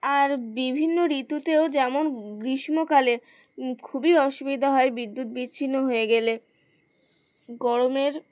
আর বিভিন্ন ঋতুতেও যেমন গ্রীষ্মকালে খুবই অসুবিধা হয় বিদ্যুৎ বিচ্ছিন্ন হয়ে গেলে গরমের